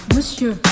Monsieur